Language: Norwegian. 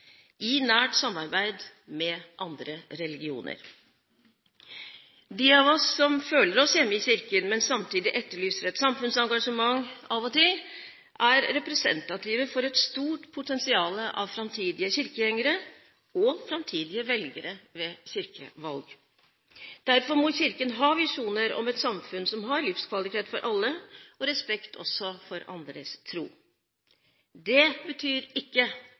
i nært samarbeid med andre religioner. De av oss som føler oss hjemme i Kirken, men samtidig etterlyser et samfunnsengasjement av og til, er representative for et stort potensial av framtidige kirkegjengere og framtidige velgere ved kirkevalgene. Derfor må Kirken ha visjoner om et samfunn som har livskvalitet for alle, og respekt også for andres tro. Det betyr ikke